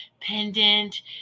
pendant